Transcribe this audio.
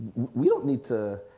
we don't need to,